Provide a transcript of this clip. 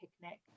picnic